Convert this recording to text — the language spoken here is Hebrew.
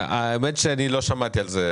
האמת שאני לא שמעתי על זה,